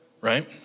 right